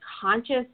conscious